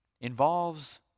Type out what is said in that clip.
involves